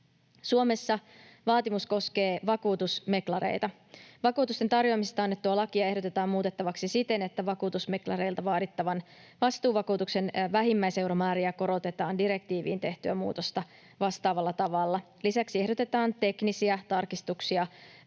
Suomessa vaatimus koskee vakuutusmeklareita. Vakuutusten tarjoamisesta annettua lakia ehdotetaan muutettavaksi siten, että vakuutusmeklareilta vaadittavan vastuuvakuutuksen vähimmäiseuromääriä korotetaan direktiiviin tehtyä muutosta vastaavalla tavalla. Lisäksi ehdotetaan teknisiä tarkistuksia